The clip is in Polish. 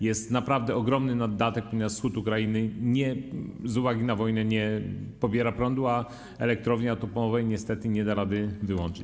Jest naprawdę ogromny naddatek, ponieważ wschód Ukrainy, z uwagi na wojnę, nie pobiera prądu, a elektrowni atomowej niestety nie da rady wyłączyć.